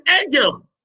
angel